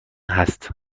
هست